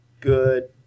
good